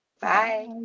Bye